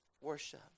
worship